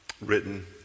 written